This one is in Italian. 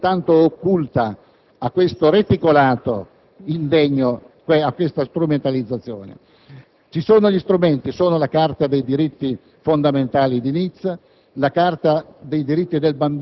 che fanno da regìa, non tanto occulta, a questo reticolato indegno, a questa strumentalizzazione. Gli strumenti ci sono: la Carta dei diritti fondamentali di Nizza,